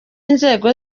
inzego